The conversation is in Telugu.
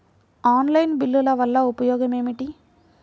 ఆన్లైన్ బిల్లుల వల్ల ఉపయోగమేమిటీ?